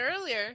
earlier